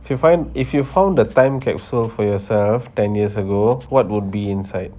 if you find if you found a time capsule for yourself ten years ago what would be inside